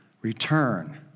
return